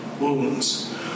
wounds